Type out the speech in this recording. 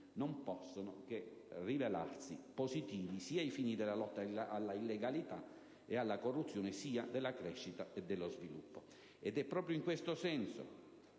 non possono che rivelarsi positivi sia ai fini della lotta all'illegalità e alla corruzione, sia della crescita e dello sviluppo. È proprio in questo senso